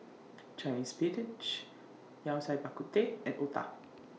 Chinese Spinach Yao Cai Bak Kut Teh and Otah